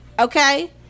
Okay